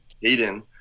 Hayden